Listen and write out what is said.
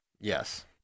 yes